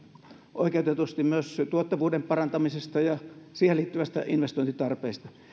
oikeutetusti myös tuottavuuden parantamisesta ja siihen liittyvästä investointitarpeesta